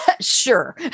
sure